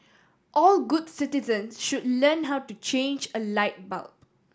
all good citizen should learn how to change a light bulb